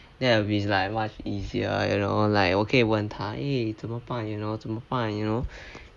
that will be like much easier you know like 我可以问她怎么办 you know 怎么办 you know